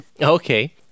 Okay